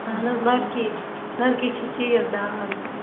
اَہَن حظ لڑکی لٔڑکی چھِ چیٖز دہ انٕنۍ